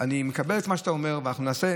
אני מקבל את מה שאתה אומר, ונעשה.